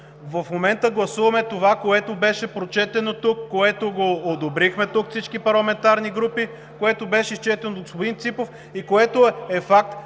В момента гласуваме това, което беше прочетено тук, което одобрихме тук от всички парламентарни групи. То беше изчетено от господин Ципов и е факт